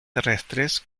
terrestres